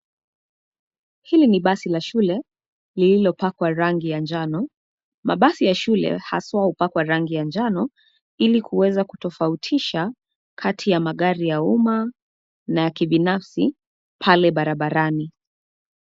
Hili ni basi la shule, lililopakwa rangi ya njano. Mabasi ya shule haswaa hupakwa rangi ya njano, ilikuweza kutofautisha, kati ya magari ya umma, na ya kibinafsi, pale barabarani.